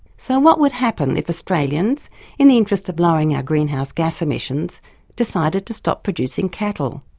so what would happen if australians in the interests of lowering our greenhouse gas emissions decided to stop producing cattle?